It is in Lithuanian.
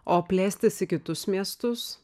o plėstis į kitus miestus